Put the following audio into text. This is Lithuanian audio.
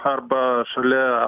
arba šalia